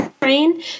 train